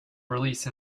release